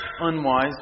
unwise